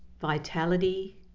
vitality